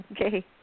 Okay